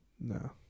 No